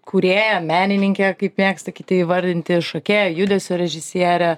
kūrėja menininkė kaip mėgsta kiti įvardinti šokėjo judesio režisierė